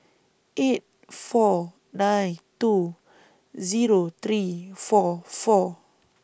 eight four nine two Zero three four four